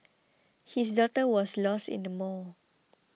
his daughter was lost in the mall